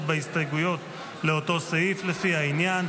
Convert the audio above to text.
בהסתייגויות לאותו סעיף לפי העניין.